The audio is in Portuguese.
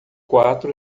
quatro